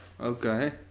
Okay